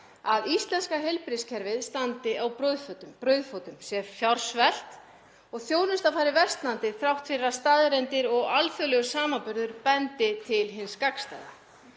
að íslenska heilbrigðiskerfið standi á brauðfótum, sé fjársvelt og þjónustan fari versnandi þrátt fyrir að staðreyndir og alþjóðlegur samanburður bendi til hins gagnstæða.